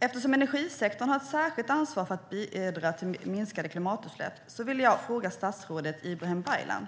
Eftersom energisektorn har ett särskilt ansvar för att bidra till minskade klimatutsläpp vill jag fråga statsrådet Ibrahim Baylan